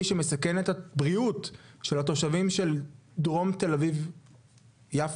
שמסכן את הבריאות של תושבי דרום תל אביב-יפו?